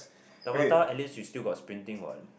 Tabata as least you still got sprinting what